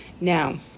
Now